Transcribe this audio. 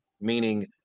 meaning